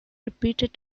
repeated